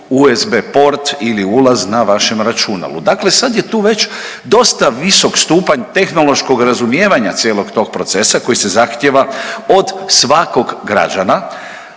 usb port ili ulaz na vašem računalu. Dakle, sada je tu već dosta visok stupanj tehnološkog razumijevanja cijelog tog procesa koji se zahtjeva od svakog građana